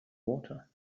water